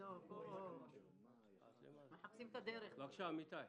בבקשה, אמיתי שוחט.